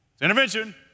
intervention